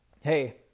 hey